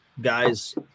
Guys